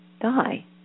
die